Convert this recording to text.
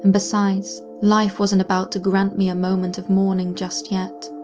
and besides, life wasn't about to grant me a moment of morning just yet.